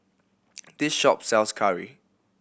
this shop sells curry